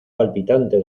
palpitante